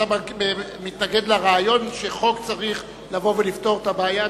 אתה מתנגד לרעיון שחוק צריך לבוא ולפתור את הבעיה,